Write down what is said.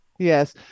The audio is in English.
Yes